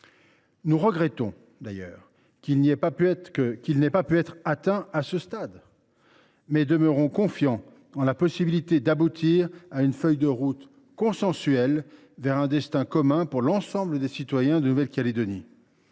Nous regrettons que cet objectif n’ait pas pu être atteint à ce stade, mais nous demeurons confiants en la possibilité d’aboutir à une feuille de route consensuelle vers un destin commun pour l’ensemble des citoyens de la Nouvelle Calédonie.